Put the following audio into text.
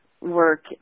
work